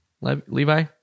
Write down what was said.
Levi